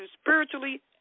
spiritually